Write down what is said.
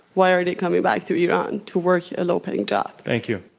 why are they coming back to iran to work a low-paying job? thank you.